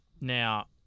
Now